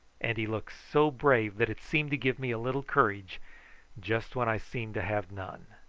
and he looked so brave that it seemed to give me a little courage just when i seemed to have none.